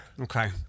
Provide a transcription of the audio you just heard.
Okay